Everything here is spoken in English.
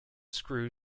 screw